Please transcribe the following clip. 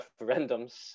referendums